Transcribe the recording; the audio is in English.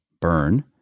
burn